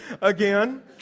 again